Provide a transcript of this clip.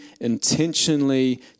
intentionally